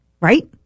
Right